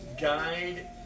guide